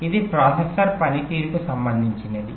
ఇది ప్రాసెసర్ పనితీరుకు సంబంధించినది